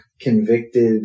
convicted